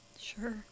Sure